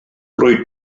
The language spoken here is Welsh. rwyt